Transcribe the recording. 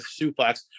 suplex